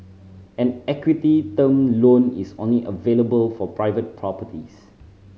an equity term loan is only available for private properties